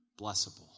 blessable